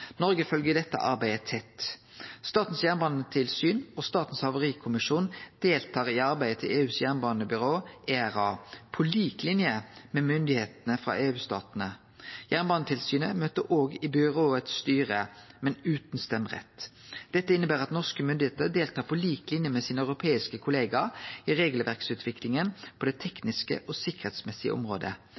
Noreg følgjer dette arbeidet tett. Statens jernbanetilsyn og Statens havarikommisjon deltar i arbeidet til EUs jernbanebyrå, ERA, på lik linje med myndigheitene frå EU-statane. Jernbanetilsynet møter òg i styret i byrået, men utan stemmerett. Dette inneber at norske myndigheiter deltar på lik linje med sine europeiske kollegaer i regelverksutviklinga på det tekniske og sikkerheitsmessige